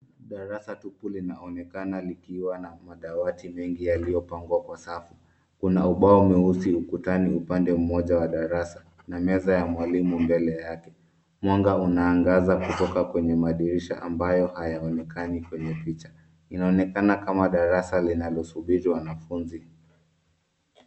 Darasa tupu linaonekana likiw na madawati mengi yaliyopangwa kwa safu. Kuna ubao mweusi ukutani upande mmoja wa darasa na meza ya mwalimu mbele yake. Mwanga unaangaza kutoka kwenye madirisha ambayo hayaonekani kwenye picha. Inaonekana kama darasa linalosubiri wanafunzi.